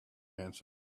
answered